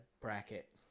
bracket